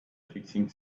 fixing